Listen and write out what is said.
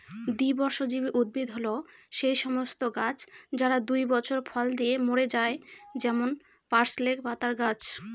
দ্বিবর্ষজীবী উদ্ভিদ হল সেই সমস্ত গাছ যারা দুই বছর ফল দিয়ে মরে যায় যেমন পার্সলে পাতার গাছ